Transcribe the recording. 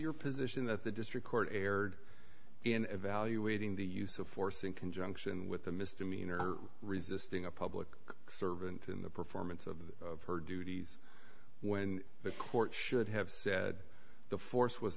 your position that the district court erred in evaluating the use of force in conjunction with a misdemeanor resisting a public servant in the performance of her duties when the court should have said the force was